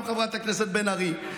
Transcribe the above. חברת הכנסת בן ארי.